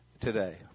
today